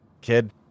Kid